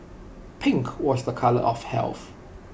pink was A colour of health